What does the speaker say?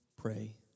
Pray